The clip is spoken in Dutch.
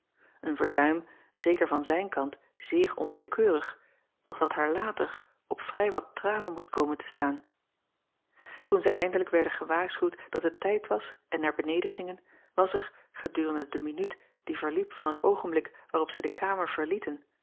een verzuim zeker van zijn kant zeer onwillekeurig doch dat haar later op vrij wat tranen moest komen te staan oen zij eindelijk werden gewaarschuwd dat het tijd was en naar beneden gingen was er gedurende de minuut die verliep van het oogenblik waarop zij de kamer verlieten